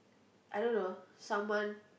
I don't know someone